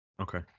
Okay